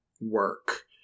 work